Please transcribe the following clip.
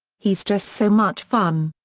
he's just so much fun!